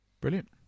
Brilliant